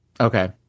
okay